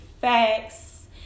Facts